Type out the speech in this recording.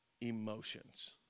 emotions